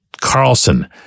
Carlson